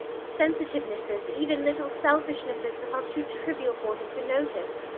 sensitivenesses, even little selfishnesses that are too trivial for him to notice.